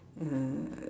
uh